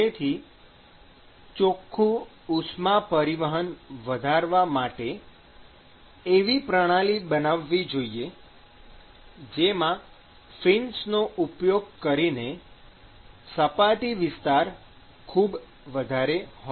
તેથી ચોખ્ખુ ઉષ્મા પરિવહન વધારવા માટે એવી પ્રણાલી બનાવવી જોઈએ જેમાં ફિન્સનો ઉપયોગ કરીને સપાટી વિસ્તાર ખૂબ વધારે હોય